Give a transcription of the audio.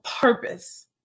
purpose